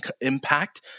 impact